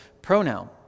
Pronoun